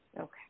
Okay